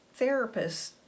therapists